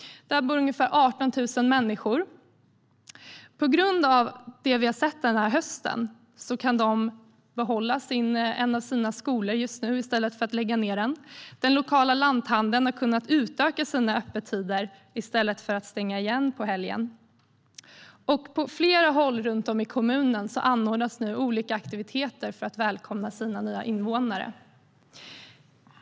Där bor ungefär 18 000 människor. Tack vare vad som har hänt under hösten kan invånarna behålla en av sina skolor i stället för att lägga ned den. Den lokala lanthandeln har utökat öppettiderna i stället för att stänga under helgerna. På flera håll i kommunen anordnas olika aktiviteter för att välkomna de nya invånarna.